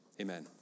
amen